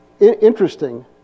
Interesting